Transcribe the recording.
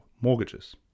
mortgages